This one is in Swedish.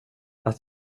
att